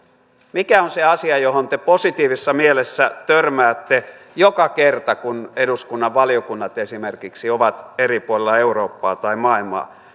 mikä on se asia johon te positiivisessa mielessä törmäätte joka kerta kun eduskunnan valiokunnat esimerkiksi ovat eri puolilla eurooppaa tai maailmaa